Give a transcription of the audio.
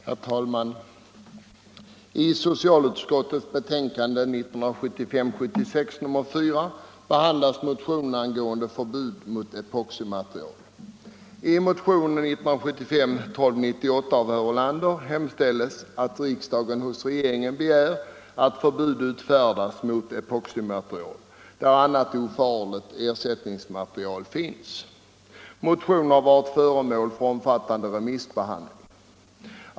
Herr talman! I socialutskottets betänkande 1975/76:4 behandlas motionen angående förbud mot epoximaterial. I motionen 1298 av herr Ulander och herr Olsson i Edane hemställs att riksdagen hos regeringen begär att förbud utfärdas mot epoximaterial där annat ofarligt ersättningsmaterial finns. Motionen har varit föremål för en omfattande remissbehandling.